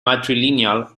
matrilineal